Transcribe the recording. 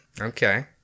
Okay